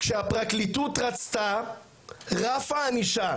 כשהפרקליטות רצתה רף הענישה